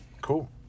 cool